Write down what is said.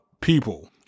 people